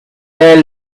there